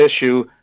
issue